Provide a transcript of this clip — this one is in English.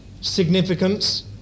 significance